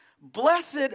Blessed